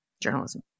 journalism